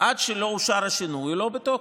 עד שלא אושר השינוי, הוא לא בתוקף.